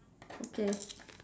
okay